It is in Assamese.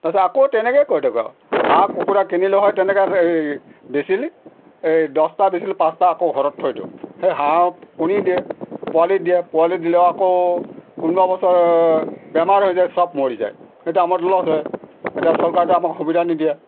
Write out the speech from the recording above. তাৰপিছত আকৌ তেনেকৈয়ে কৰি থাকোঁ আৰু হাঁহ কুকুৰা কিনিলে হয় তেনেকৈ এই বেচিলি এই দহটা বেচিলে পাঁচটা আকৌ ঘৰত থৈ দিওঁ সেই হাঁহ কণী দিয়ে পোৱালি দিয়ে পোৱালি দিলেও আকৌ কোনোবা বছৰ বেমাৰ হৈ যায় চব মৰি যায় সেইটো আমাৰ লছ হয় এতিয়া চৰকাৰতো আমাক সুবিধা নিদিয়ে